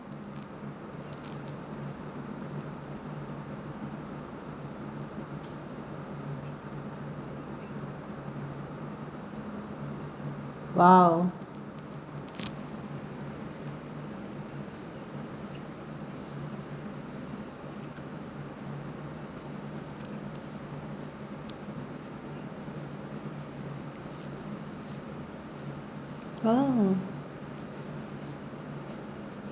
!wow! !wow!